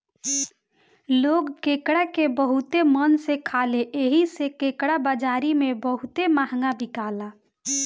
लोग केकड़ा के बहुते मन से खाले एही से केकड़ा बाजारी में बहुते महंगा बिकाला